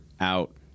Out